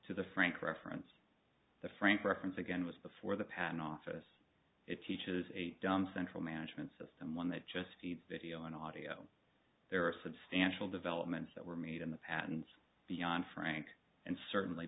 to the frank reference the frank reference again was before the patent office it teaches a dumb central management system one that just feeds video and audio there are substantial developments that were made in the patents beyond frank and certainly